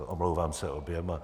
Omlouvám se oběma.